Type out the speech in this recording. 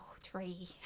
three